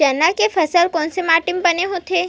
चना के फसल कोन से माटी मा होथे?